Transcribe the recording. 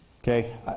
okay